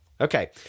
Okay